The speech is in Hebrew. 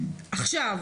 עכשיו,